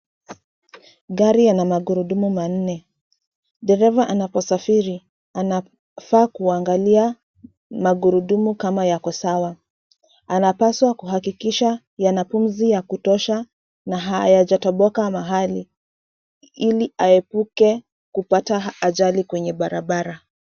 Gari yana magurudumu manne. Dereva anaposafiri, anafaa kuangalia magurudumu kama yako sawa. Anapaswa kuhakikisha yana pumzi ya kutosha na hayajatoboka mahali ili aepuke kupata ajali kwenye barabara.